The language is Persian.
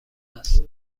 است